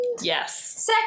Yes